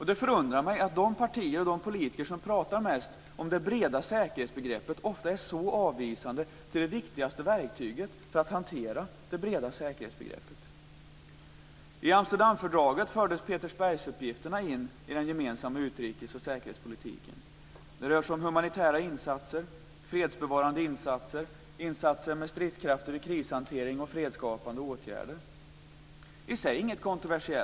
Det förundrar mig att de partier och de politiker som pratar mest om det breda säkerhetsbegreppet ofta är så avvisande till det viktigaste verktyget för att hantera det breda säkerhetsbegreppet. I Amsterdamfördraget fördes Petersbergsuppgifterna in i den gemensamma utrikes och säkerhetspolitiken. Det rör sig om humanitära insatser, fredsbevarande insatser, insatser med stridskrafter i krishantering och fredsskapande åtgärder. Det är i sig inget kontroversiellt.